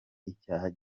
icyaha